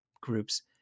groups